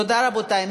תודה, רבותי.